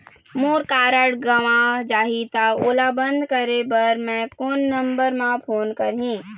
मोर card गंवा जाही त ओला बंद करें बर मैं कोन नंबर म फोन करिह?